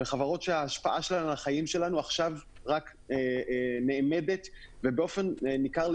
עולם שההשפעה על החיים שלנו עכשיו רק נאמדת ובאופן ניכר,